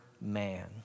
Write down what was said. man